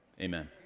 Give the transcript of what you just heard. Amen